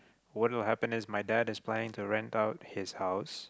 what will happen is my dad is planning to rent out his house